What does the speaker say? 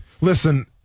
Listen